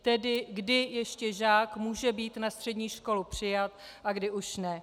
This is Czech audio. Tedy kdy ještě žák může být na střední školu přijat a kdy už ne.